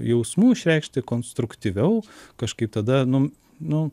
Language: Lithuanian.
jausmų išreikšti konstruktyviau kažkaip tada nu nu